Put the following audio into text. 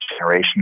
generation